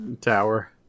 Tower